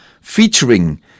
featuring